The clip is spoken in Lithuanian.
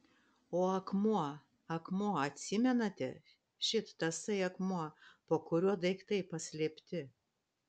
o akmuo akmuo atsimenate šit tasai akmuo po kuriuo daiktai paslėpti